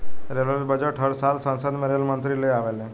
railway budget हर साल संसद में रेल मंत्री ले आवेले ले